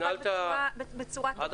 זה פשוט לא עבד בצורה טובה.